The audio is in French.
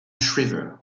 shriver